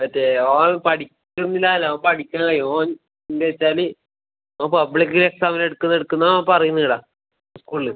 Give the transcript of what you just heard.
മറ്റേ ഓൻ പഠിക്കുന്നില്ലാന്നല്ല പഠിക്കണില്ല ഓൻ എന്തേച്ചാൽ ഓൻ പബ്ലിക് എക്സാമിനെടുക്കുന്ന് എടുക്കുന്നാണ് പറയുന്നീട സ്കൂൾൽ